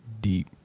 deep